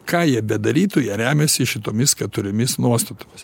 ką jie bedarytų jie remiasi šitomis keturiomis nuostatomis